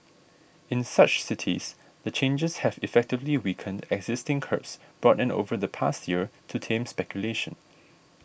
in such cities the changes have effectively weakened existing curbs brought in over the past year to tame speculation